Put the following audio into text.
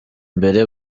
mbere